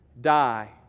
Die